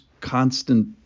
constant